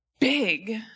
big